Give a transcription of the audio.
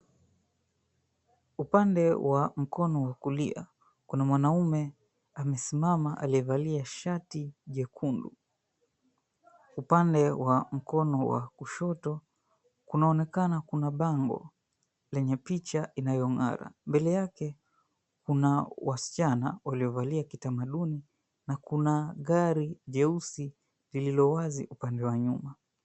Upande wa mkono wa kulia, kuna mwanaume amesimama aliyevalia shati jekundu. Upande wa mkono wa kushoto kunaonekana kuna bango lenye picha inayong'ara. Mbele yake kuna wasichana waliovalia kitamaduni na kuna gari jeusi lililowazi upande wa nyuma.